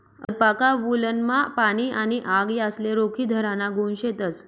alpaca वुलनमा पाणी आणि आग यासले रोखीधराना गुण शेतस